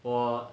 我